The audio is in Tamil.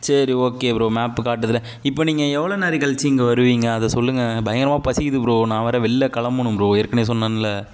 சரி ஓகே ப்ரோ மேப் காட்டுதில்ல இப்போ நீங்கள் எவ்வளோ நாழி கழித்து இங்கே வருவீங்க அதை சொல்லுங்கள் பயங்கரமாக பசிக்கிறது ப்ரோ நான் வேறே வெளில கிளம்பணும் ப்ரோ ஏற்கனே சொன்னேல்ல